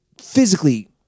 physically